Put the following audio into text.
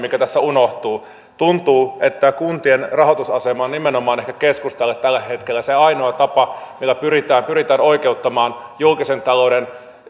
mikä tässä unohtuu tuntuu että kuntien rahoitusasemasta puhuminen on nimenomaan keskustalle ehkä tällä hetkellä se ainoa tapa millä pyritään pyritään oikeuttamaan julkisen talouden toimien